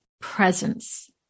presence